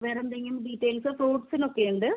വേറെന്തെങ്കിലും ഡീറ്റെയിൽസ് ഫ്രൂട്സിനൊക്കെ ഉണ്ട്